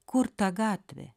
kur ta gatvė